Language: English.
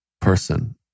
person